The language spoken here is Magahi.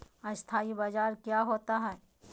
अस्थानी बाजार क्या होता है?